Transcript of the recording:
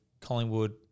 Collingwood